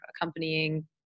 accompanying